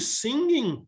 singing